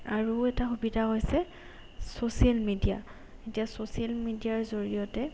আৰু এটা সুবিধা হৈছে ছচিয়েল মিডিয়া এতিয়া ছ'চিয়েল মিডিয়াৰ জৰিয়তে